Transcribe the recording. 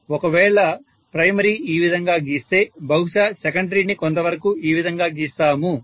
ఒకవేళ ప్రైమరీ ఈ విధంగా గిస్తే బహుశా సెకండరీని కొంతవరకూ ఈ విధంగా గీస్తాము